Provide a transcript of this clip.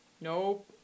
Nope